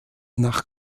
nach